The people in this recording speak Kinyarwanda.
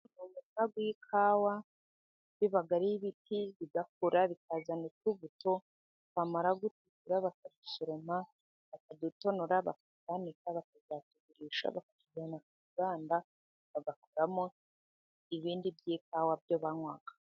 Umurima w'ikawa, biba ari ibiti bigakura bikazana utubuto, twamara gutukura bakadusuroma, bakadutonora, bakatwanika, bakazatugurisha, bakatujyana ku ruganda, bagakoramo ibindi by'ikawa byo banywa.